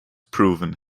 proven